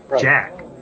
Jack